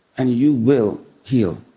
and you will heal.